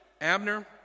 Abner